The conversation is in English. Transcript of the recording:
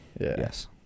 yes